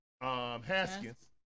Haskins